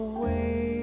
Away